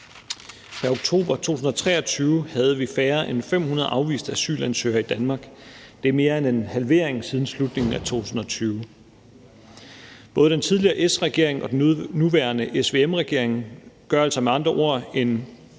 Pr. oktober 2023 havde vi færre end 500 afviste asylansøgere i Danmark. Det er mere end en halvering siden slutningen af 2020. Både den tidligere S-regering og den nuværende SVM-regering gør altså med andre ord en